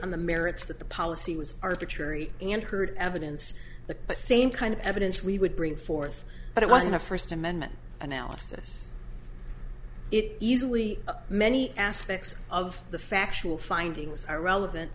on the merits that the policy was arthur cherry and heard evidence the same kind of evidence we would bring forth but it wasn't a first amendment analysis it easily many aspects of the factual findings are relevant